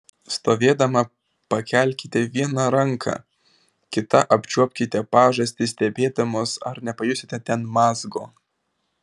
stovėdama pakelkite vieną ranką kita apčiuopkite pažastį stebėdamos ar nepajusite ten mazgo